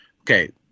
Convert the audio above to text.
okay